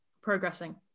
progressing